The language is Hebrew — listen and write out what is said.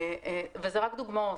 ואלה רק דוגמאות.